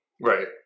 Right